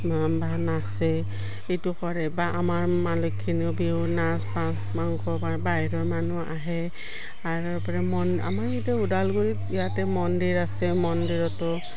নাচে এইটো কৰে বা আমাৰ বিহু নাচ মাংস বা বাহিৰৰ মানুহ আহে তাৰপৰা আমাৰ ওদালগুৰিত ইয়াতে মন্দিৰ আছে মন্দিৰতো